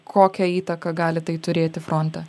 kokią įtaką gali tai turėti fronte